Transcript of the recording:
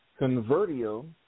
Convertio